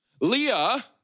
Leah